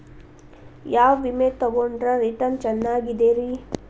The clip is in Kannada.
ಯಾವ ವಿಮೆ ತೊಗೊಂಡ್ರ ರಿಟರ್ನ್ ಚೆನ್ನಾಗಿದೆರಿ?